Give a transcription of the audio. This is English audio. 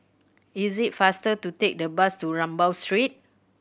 is it faster to take the bus to Rambau Street